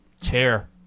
chair